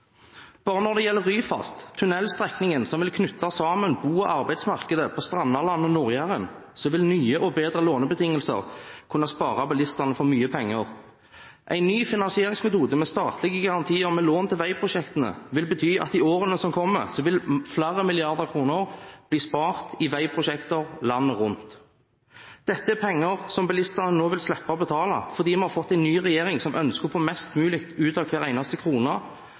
Bare når det gjelder Ryfast, tunnelstrekningen som vil knytte sammen bo- og arbeidsmarkedet på Strandalandet og Nord-Jæren, vil nye og bedre lånebetingelser kunne spare bilistene for mye penger. En ny finansieringsmetode med statlige garantier med lån til veiprosjektene vil bety at flere milliarder kroner vil bli spart i veiprosjekter landet rundt i årene som kommer. Dette er penger som bilistene nå vil slippe å betale, fordi vi har fått en ny regjering som ønsker å få mest mulig ut av hver eneste krone,